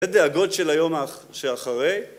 לדאגות של היום שאחרי